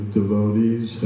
devotees